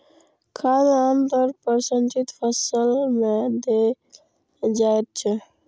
खाद आम तौर पर सिंचित फसल मे देल जाइत छै